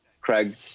Craig